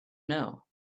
know